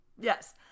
Yes